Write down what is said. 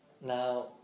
Now